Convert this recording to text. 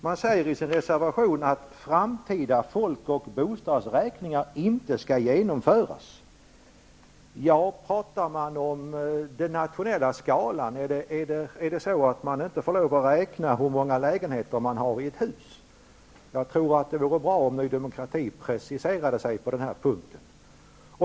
Man säger i sin reservation att framtida folk och bostadsräkningar inte skall genomföras. Talar man om den nationella skalan? Är det så att man inte får lov att räkna hur många lägenheter det finns i ett hus? Jag tror att det vore bra om Ny demokrati preciserade sig på denna punkt.